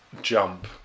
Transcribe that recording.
jump